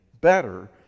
better